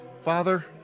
Father